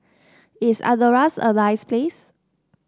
is Andorra a nice place